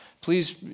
please